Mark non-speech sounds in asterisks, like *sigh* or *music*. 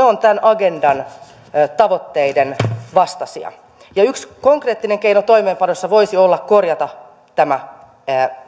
*unintelligible* ovat tämän agendan tavoitteiden vastaisia yksi konkreettinen keino toimeenpanossa voisi olla korjata tämä